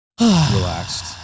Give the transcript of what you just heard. relaxed